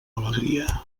alegria